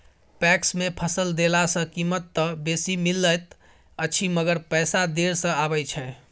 PACS मे फसल देला सॅ कीमत त बेसी मिलैत अछि मगर पैसा देर से आबय छै